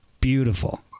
beautiful